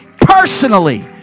personally